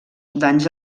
danys